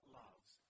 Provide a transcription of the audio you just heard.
loves